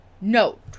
Note